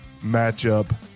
matchup